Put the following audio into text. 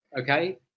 okay